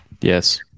Yes